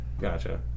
Gotcha